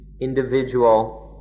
individual